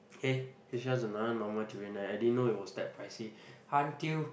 hey it's just another normal durian I I didn't know it was that pricey until